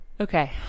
Okay